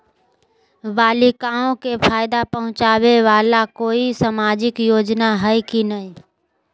बालिकाओं के फ़ायदा पहुँचाबे वाला कोई सामाजिक योजना हइ की नय?